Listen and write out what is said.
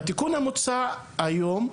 בתיקון המוצע היום,